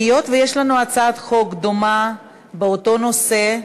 היות שיש לנו הצעת חוק דומה באותו נושא,